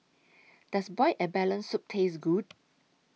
Does boiled abalone Soup Taste Good